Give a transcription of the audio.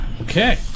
Okay